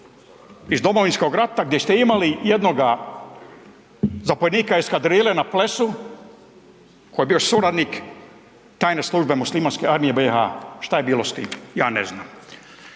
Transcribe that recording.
iz Domovinskog rata gdje ste imali jednoga zapovjednika eskadrile na Plesu koji je bio suradnik tajne službe muslimanske Armije BIH-a, šta je bilo s tim, ja ne znam,